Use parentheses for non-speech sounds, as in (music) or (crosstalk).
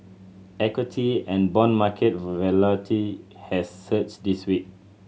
equity and bond market (unintelligible) has surged this week